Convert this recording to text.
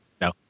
No